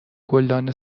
گلدان